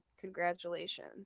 congratulations